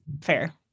fair